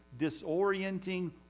disorienting